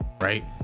Right